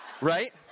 Right